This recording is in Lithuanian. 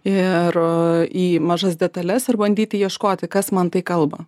ir į mažas detales ir bandyti ieškoti kas man tai kalba